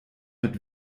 mit